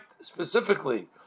specifically